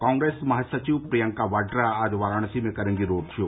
कांग्रेस महासचिव प्रियंका वाड्रा आज वाराणसी में करेंगी रोड शो